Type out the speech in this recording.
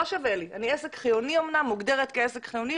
אני עסק חיוני אמנם, מוגדרת כעסק חיוני.